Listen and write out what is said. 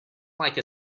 like